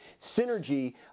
synergy